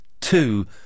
two